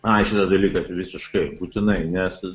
ai šitas dalykas visiškai būtinai nes